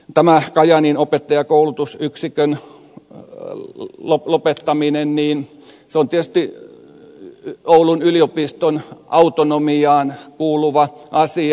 tämä kajaanin opettajankoulutusyksikön lopettaminen on tietysti oulun yliopiston autonomiaan kuuluva asia